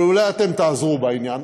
אבל אולי אתם תעזרו בעניין,